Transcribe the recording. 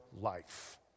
life